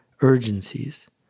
urgencies